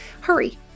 hurry